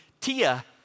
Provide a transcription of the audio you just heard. Tia